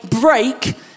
break